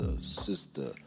sister